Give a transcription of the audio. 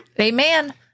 Amen